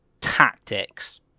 tactics